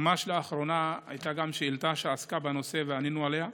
ממש לאחרונה הייתה גם שאילתה שעסקה בנושא וענינו עליה.